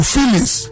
Feelings